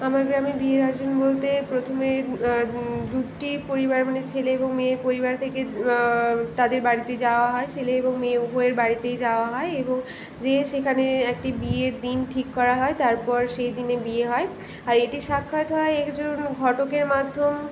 আমার গ্রামে বিয়ের আয়োজন বলতে প্রথমে দুটি পরিবার মানে ছেলে এবং মেয়ের পরিবার থেকে তাদের বাড়িতে যাওয়া হয় ছেলে এবং মেয়ে উভয়ের বাড়িতেই যাওয়া হয় এবং যেয়ে সেখানে একটি বিয়ের দিন ঠিক করা হয় তারপর সেইদিনে বিয়ে হয় আর এটি সাক্ষাৎ হয় একজন ঘটকের মাধ্যম